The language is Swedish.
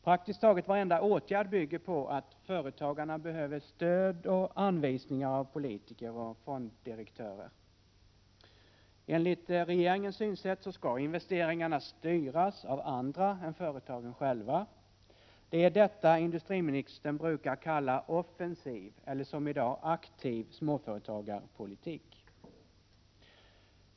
Praktiskt taget varenda åtgärd bygger på att företagarna behöver stöd och anvisningar av politiker och fonddirektörer. Enligt regeringens synsätt måste investeringarna styras av andra än företagen själva. Det är detta industriministern brukar kalla offensiv eller, som i dag, aktiv småföretagarpolitik.